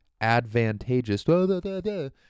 ...advantageous